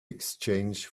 exchange